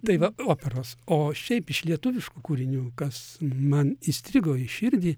tai va operos o šiaip iš lietuviškų kūrinių kas man įstrigo į širdį